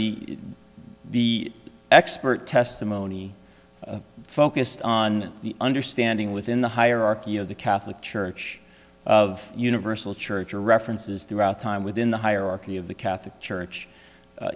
the the expert testimony focused on the understanding within the hierarchy of the catholic church of universal church or references throughout time within the hierarchy of the catholic church